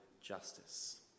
justice